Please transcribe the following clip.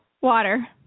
water